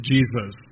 Jesus